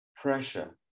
pressure